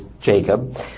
Jacob